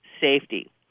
safety